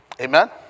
Amen